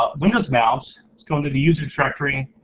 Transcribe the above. ah windows mount. it's goin' to the user trajectory